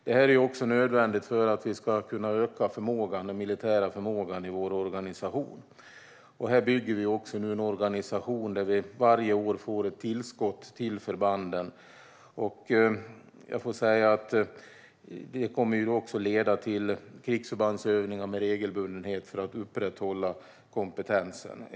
Det är också nödvändigt för att vi ska kunna öka den militära förmågan i vår organisation. Här bygger vi nu en organisation där vi varje år får ett tillskott till förbanden. Det kommer också att leda till krigsförbandsövningar med regelbundenhet för att upprätthålla kompetensen.